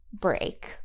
break